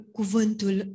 cuvântul